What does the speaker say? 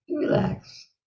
Relax